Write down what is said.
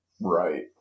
Right